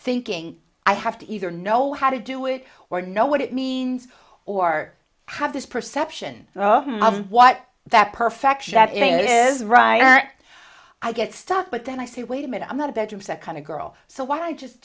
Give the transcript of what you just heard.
thinking i have to either know how to do it or know what it means or have this perception of what that perfection that is right i get stuff but then i say wait a minute i'm not a bedroom set kind of girl so why just